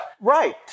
Right